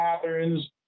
patterns